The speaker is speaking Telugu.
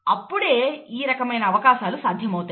అప్పుడే ఈ రకమైన అవకాశాలు సాధ్యమవుతాయి